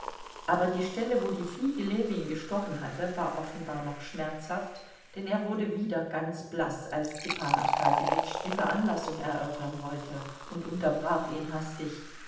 aber die stelle wo die fliege ljewin gestochen hatte war offenbar noch schmerzhaft denn er wurde wieder ganz blaß als stepan arkadjewitsch die veranlassung erörtern wollte und unterbrach ihn hastig